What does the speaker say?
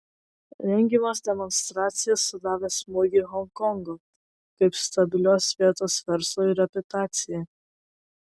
rengiamos demonstracijos sudavė smūgį honkongo kaip stabilios vietos verslui reputacijai